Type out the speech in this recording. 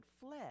fled